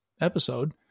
episode